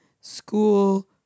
school